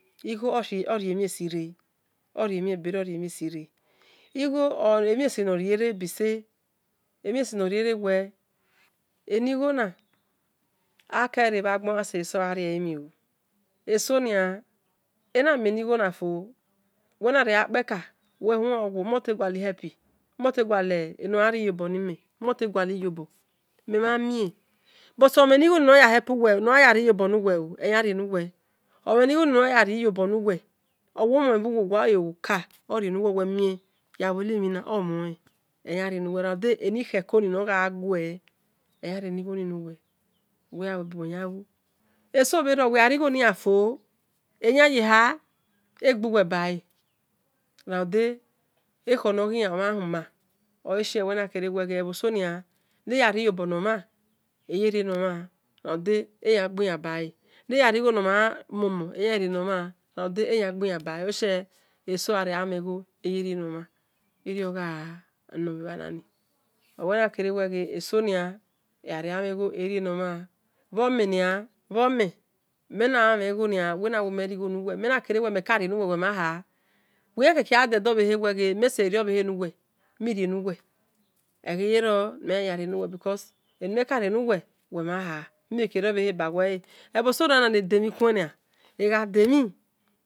Igho orie mhiesire orienmhebere igho emhin no rie be say ado kere bhagbon ayanseye sowa uweghe re seriayan akpeka agha-ghuwe buti emhen nigho ni negarie nuwe eyanrie nuwe ramude eni-khekoni no ghawe eyan rienigho ni nu we eso bhero egharigho nuwe eyan yeho eyanyeha egbuwe bale ramude ekhor noghian ma olashi wenakere obhoesonia neyariyobor-nombran eyerie nemhan ramude eyan gbi-yan bale neyarighonomhan moh-moh eyelue ramude eyangbiyan bale oleshie esogha-gha-mhengho eyerienomhan moh-moh ramude eyan gbilan bale orioghanor bhomen-nia mena karie nuwe uwe mhan han uwiyan saghe de edobhehe nimhen rienuwe because emimhe karie nuwe omhan ha ebhoso ronia nedemhien kuen nia egha demhin